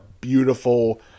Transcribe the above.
beautiful